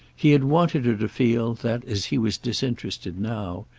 he had wanted her to feel that, as he was disinterested now,